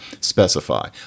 specify